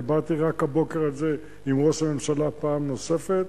דיברתי רק הבוקר על זה עם ראש הממשלה פעם נוספת,